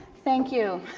thank you.